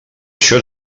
això